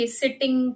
sitting